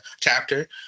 chapter